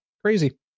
Crazy